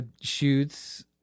shoots